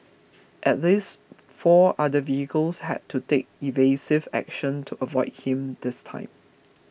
at least four other vehicles had to take evasive action to avoid him this time